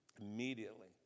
Immediately